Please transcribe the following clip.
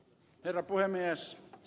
herra puhemies